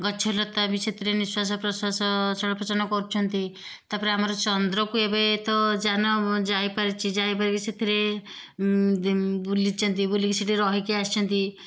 ଗଛଲତା ବି ସେଥିରେ ନିଶ୍ୱାସ ପ୍ରଶ୍ୱାସ ଚଳ ପ୍ରଚଳନ କରୁଚନ୍ତି ତାପରେ ଆମର ଚନ୍ଦ୍ରକୁ ଏବେ ତ ଯାନ ଯାଇପାରିଛି ଯାଇପାରିକି ସେଥିରେ ବୁଲିଛନ୍ତି ବୁଲିକି ସେଠି ରହିକି ଆସିଛନ୍ତି